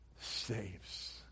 saves